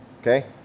Okay